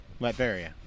Latveria